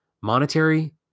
monetary